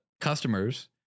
Customers